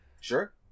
Sure